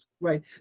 Right